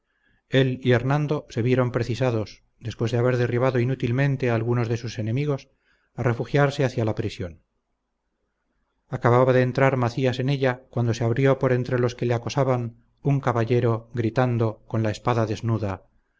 y hernando se vieron precisados después de haber derribado inútilmente a algunos de sus enemigos a refugiarse hacia la prisión acababa de entrar macías en ella cuando se abrió por entre los que le acosaban un caballero gritando con la espada desnuda